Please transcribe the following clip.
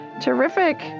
Terrific